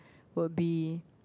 will be